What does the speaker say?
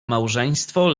małżeństwo